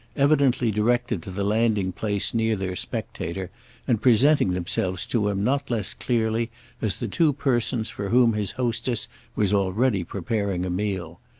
evidently directed to the landing-place near their spectator and presenting themselves to him not less clearly as the two persons for whom his hostess was already preparing a meal.